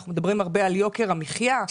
אנחנו מדברים הרבה על יוקר המחייה,